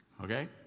Okay